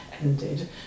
ended